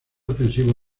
ofensivo